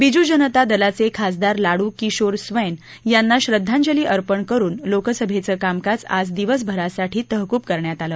बीजू जनता दलाचे खासदार लाडू किशोर स्वैन यांना श्रद्धांजली अर्पण करुन लोकसभेचं कामकाज आज दिवसभरासाठी तहकूब करण्यात आलं